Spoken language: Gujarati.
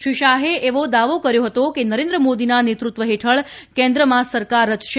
શ્રી શાહે આજે એવો દાવો કર્યો હતો કે નરેન્દ્ર મોદીના નેતૃત્વ હેઠળ કેન્દ્રમાં સરકાર રચશે